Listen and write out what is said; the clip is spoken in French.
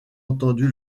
entendu